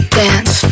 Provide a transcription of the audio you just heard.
dance